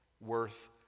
worth